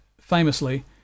famously